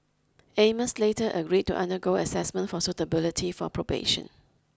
Amos later agreed to undergo assessment for suitability for probation